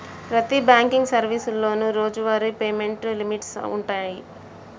ప్రతి బాంకింగ్ సర్వీసులోనూ రోజువారీ పేమెంట్ లిమిట్స్ వుంటయ్యి